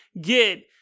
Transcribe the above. get